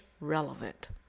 relevant